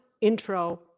intro